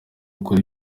ukora